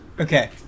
Okay